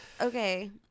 okay